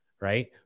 right